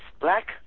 black